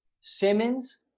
Simmons